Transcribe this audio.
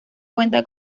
cuenta